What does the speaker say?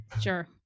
Sure